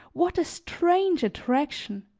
what a strange attraction!